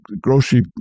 grocery